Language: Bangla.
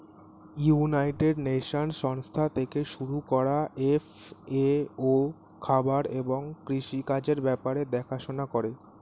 ইউনাইটেড নেশনস সংস্থা থেকে শুরু করা এফ.এ.ও খাবার এবং কৃষি কাজের ব্যাপার দেখাশোনা করে